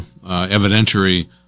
evidentiary